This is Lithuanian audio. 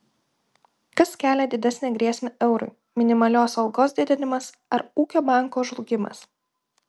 kas kelia didesnę grėsmę eurui minimalios algos didinimas ar ūkio banko žlugimas